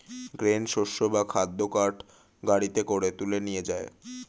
grain শস্য বা খাদ্য কার্ট গাড়িতে করে তুলে নিয়ে যায়